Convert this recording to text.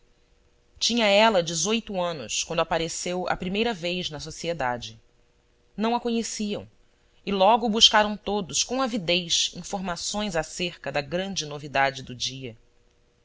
tinha ela dezoito anos quando apareceu a primeira vez na sociedade não a conheciam e logo buscaram todos com avidez informações acerca da grande novidade do dia